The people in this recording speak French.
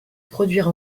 produire